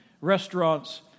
restaurants